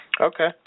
Okay